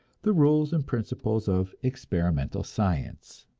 the rules and principles of experimental science.